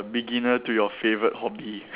beginner to your favourite hobby